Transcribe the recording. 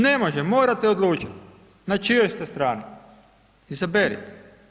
Ne može, morate odlučiti na čijoj ste strani, izaberite.